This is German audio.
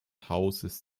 hauses